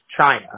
China